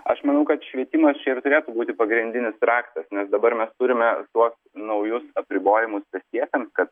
aš manau kad švietimas čia ir turėtų būti pagrindinis raktas nes dabar mes turime tuos naujus apribojimus pėstiesiems kad